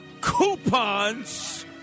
Coupons